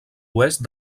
oest